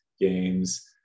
games